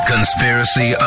Conspiracy